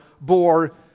bore